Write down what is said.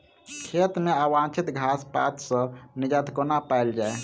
खेत मे अवांछित घास पात सऽ निजात कोना पाइल जाइ?